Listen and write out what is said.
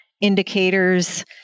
indicators